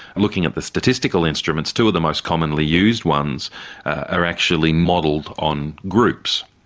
looking at the statistical instruments two of the most commonly used ones are actually modelled on groups.